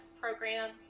program